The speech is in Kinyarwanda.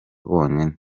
bonyine